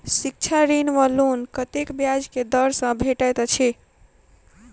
शिक्षा ऋण वा लोन कतेक ब्याज केँ दर सँ भेटैत अछि?